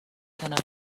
کنار